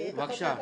ב-(7)